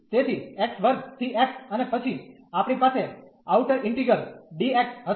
તેથી અને પછી આપણી પાસે આઉટર ઇન્ટીગ્રલ dx હશે